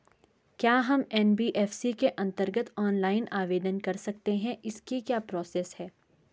क्या हम एन.बी.एफ.सी के अन्तर्गत ऑनलाइन आवेदन कर सकते हैं इसकी क्या प्रोसेस है?